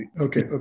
okay